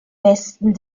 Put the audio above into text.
westen